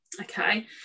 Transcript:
Okay